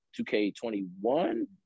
2K21